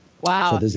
Wow